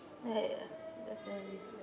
like uh definitely